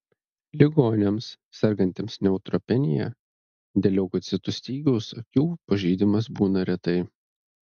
ligoniams sergantiems neutropenija dėl leukocitų stygiaus akių pažeidimas būna retai